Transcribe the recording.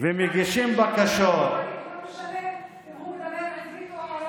ומגישים בקשות ------ לא משנה אם הוא מדבר עברית או ערבית.